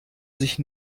sich